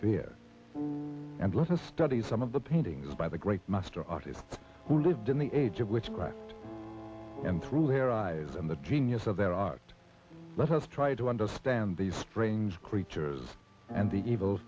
fear and let us study some of the paintings by the great master artists who lived in the age of witchcraft and through their eyes and the genius of their art let us try to understand these strange creatures and the evil